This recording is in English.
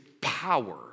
power